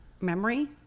memory